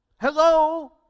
Hello